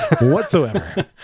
whatsoever